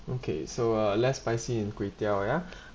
okay so uh less spicy and kway teow ya